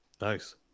Nice